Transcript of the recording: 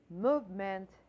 movement